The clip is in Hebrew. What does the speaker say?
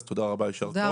אז תודה רבה, יישר כוח.